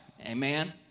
Amen